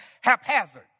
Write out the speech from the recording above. haphazard